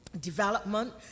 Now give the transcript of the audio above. development